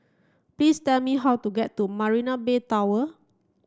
please tell me how to get to Marina Bay Tower